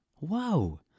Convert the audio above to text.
Wow